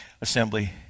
assembly